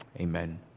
amen